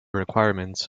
requirements